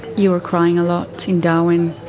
you were crying a lot in darwin.